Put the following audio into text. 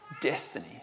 destiny